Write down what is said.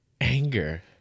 anger